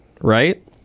right